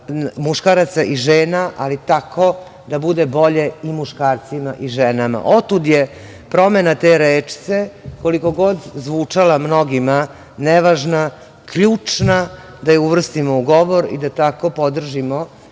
muškaraca i žena, ali tako da bude bolje i muškarcima i ženama. Otud je promena te rečce koliko god zvučala mnogima nevažna, ključna da je uvrstimo u govor i da tako podržimo